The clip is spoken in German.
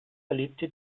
erlebte